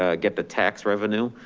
ah get the tax revenue,